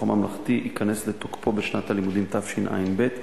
הממלכתי ייכנס לתוקפו בשנת הלימודים תשע"ב.